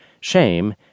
Shame